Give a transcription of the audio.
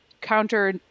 counter